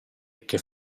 che